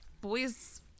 boys